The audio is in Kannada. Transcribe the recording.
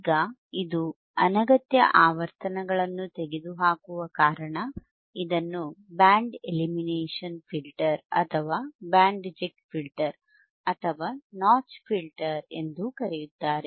ಈಗ ಇದು ಅನಗತ್ಯ ಆವರ್ತನಗಳನ್ನು ತೆಗೆದುಹಾಕುವ ಕಾರಣ ಇದನ್ನು ಬ್ಯಾಂಡ್ ಎಲಿಮಿನೇಷನ್ ಫಿಲ್ಟರ್ಅಥವಾ ಬ್ಯಾಂಡ್ ರಿಜೆಕ್ಟ್ ಫಿಲ್ಟರ್ ಅಥವಾ ನಾಚ್ ಫಿಲ್ಟರ್ ಎಂದೂ ಕರೆಯುತ್ತಾರೆ